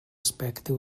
aspecte